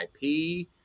IP